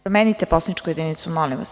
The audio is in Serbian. Promenite poslaničku jedinicu, molim vas.